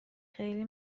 خیلی